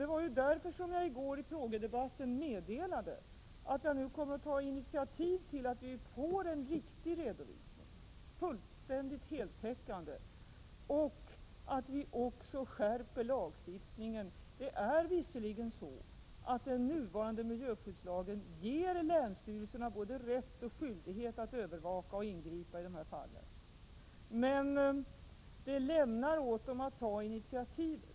Det var därför som jag i går i frågedebatten meddelade att jag nu kommer att ta initiativ till en korrekt redovisning, fullständig och heltäckande. Vi skärper också lagstiftningen. Den nuvarande miljöskyddslagen ger visserligen länsstyrelserna både rätt och skyldighet att övervaka och ingripa i dessa fall, men den lämnar åt dem också ansvaret att ta initiativ.